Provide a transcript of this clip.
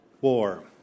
war